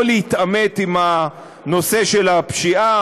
לא להתעמת עם הנושא של הפשיעה,